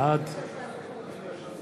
בעד